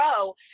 grow